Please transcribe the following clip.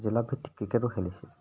জিলা ভিত্তিক ক্ৰিকেটো খেলিছিল